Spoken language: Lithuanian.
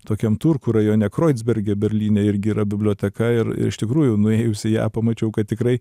tokiam turkų rajone kreudzberge berlyne irgi yra biblioteka ir ir iš tikrųjų nuėjus į ją pamačiau kad tikrai